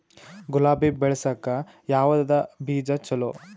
ಗುಲಾಬಿ ಬೆಳಸಕ್ಕ ಯಾವದ ಬೀಜಾ ಚಲೋ?